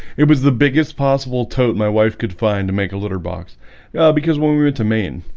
it was the biggest possible tote my wife could find to make a litter box because when we went to maine